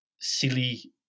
silly